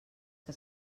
que